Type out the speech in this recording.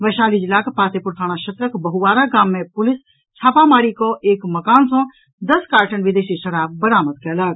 वैशाली जिलाक पातेपुर थाना क्षेत्रक बहुआरा गाम मे पुलिस छापामारी कऽ एक मकान सॅ दस कार्टन विदेशी शराब बरामद कयलक